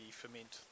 ferment